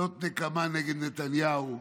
זאת נקמה נגד נתניהו,